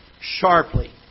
sharply